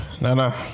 Nana